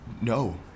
No